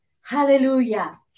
Hallelujah